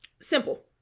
Simple